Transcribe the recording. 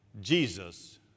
Jesus